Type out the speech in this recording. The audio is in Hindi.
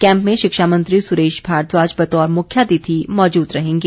कैम्प में शिक्षा मंत्री सुरेश भारद्वाज बतौर मुख्यातिथि मौजूद रहेंगे